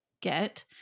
get